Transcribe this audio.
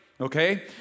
okay